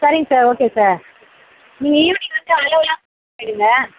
சரிங்க sir okay sir நீங்கள் evening வந்து அளவுலாம் கொடுத்துட்டு போயிடுங்க